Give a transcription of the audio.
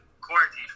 quarantine